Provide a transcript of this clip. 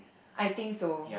I think so